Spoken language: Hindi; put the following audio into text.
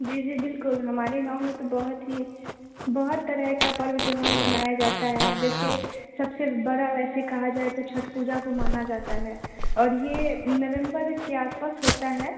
जी जी बिल्कुल हमारे गाँव में तो बहुत ही बहुत तरह का पर्व त्यौहार मनाया जाता है अब जैसे सबसे बड़ा वैसे कहा जाए तो छठ पूजा को माना जाता है और ये नवेम्बर के आसपास होता है